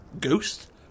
Ghost